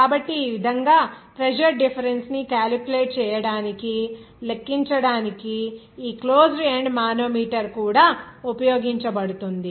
కాబట్టి ఈ విధంగా ప్రెజర్ డిఫరెన్స్ ని క్యాలిక్యులేట్ చేయడానికి లెక్కించడానికి ఈ క్లోజ్డ్ ఎండ్ మానోమీటర్ కూడా ఉపయోగించబడుతుంది